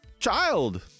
child